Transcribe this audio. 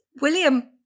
William